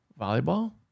Volleyball